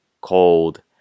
cold